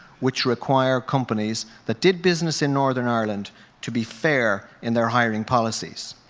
which require companies that did business in northern ireland to be fair in their hiring policies.